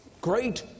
Great